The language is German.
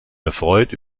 erfreut